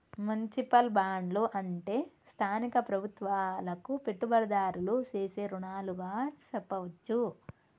municipal బాండ్లు అంటే స్థానిక ప్రభుత్వాలకు పెట్టుబడిదారులు సేసే రుణాలుగా సెప్పవచ్చు